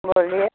بولیے